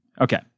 okay